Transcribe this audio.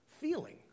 Feeling